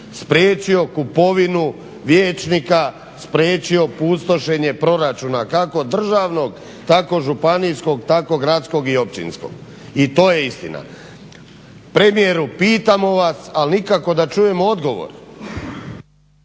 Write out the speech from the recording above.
spriječio kupovinu vijećnika, spriječio pustošenje proračuna kako državnog tako županijskog, tako gradskog i općinskog i to je istina. Premijeru pitamo vas ali nikako da čujemo odgovor.